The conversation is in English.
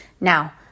now